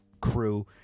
crew